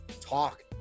talk